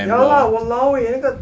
ya lah !walao! eh 那个